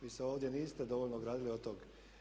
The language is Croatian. Vi se ovdje niste dovoljno ogradili od toga.